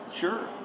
sure